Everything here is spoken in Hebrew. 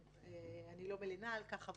אני לא מלינה על כך.